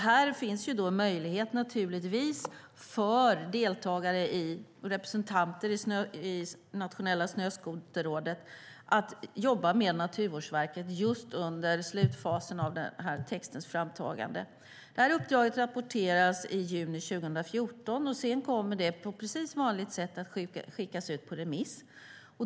Här finns naturligtvis en möjlighet för representanter i Nationella snöskoterrådet att jobba med Naturvårdsverket under slutfasen av arbetet med att ta fram texten. Uppdraget rapporteras i juni 2014. Sedan kommer det att på vanligt sätt skickas ut på remiss.